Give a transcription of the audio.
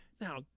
Now